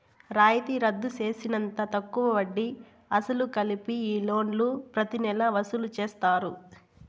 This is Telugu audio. రాయితీ రద్దు తీసేసినంత తక్కువ వడ్డీ, అసలు కలిపి ఈ లోన్లు ప్రతి నెలా వసూలు చేస్తారు